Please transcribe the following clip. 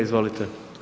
Izvolite.